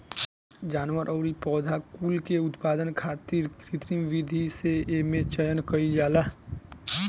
जानवर अउरी पौधा कुल के उत्पादन खातिर कृत्रिम विधि से एमे चयन कईल जाला